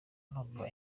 numva